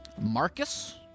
Marcus